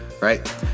Right